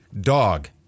dog